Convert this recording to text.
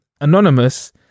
anonymous